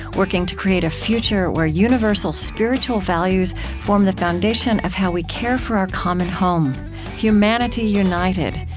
working to create a future where universal spiritual values form the foundation of how we care for our common home humanity united,